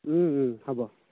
হ'ব